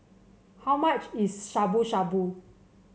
how much is Shabu Shabu